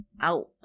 out